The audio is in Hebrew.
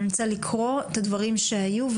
אני רוצה לקרוא את הדברים שהיו,